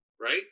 right